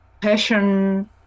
passion